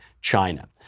China